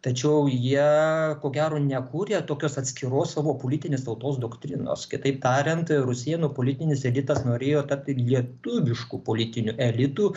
tačiau jie ko gero nekūrė tokios atskiros savo politinės tautos doktrinos kitaip tariant rusėnų politinis elitas norėjo tapti lietuvišku politiniu elitu